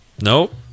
Nope